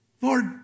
Lord